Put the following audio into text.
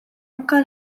anke